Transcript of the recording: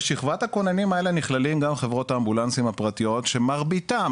בשכבת הכוננים האלה נכללים גם חברות האמבולנסים הפרטיות שמרביתם,